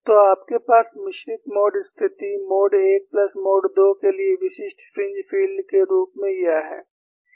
तो आपके पास मिश्रित मोड स्थिति मोड 1 प्लस मोड 2 के लिए विशिष्ट फ्रिंज फ़ील्ड के रूप में यह है